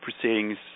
proceedings